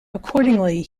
accordingly